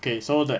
okay so that